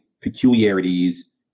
peculiarities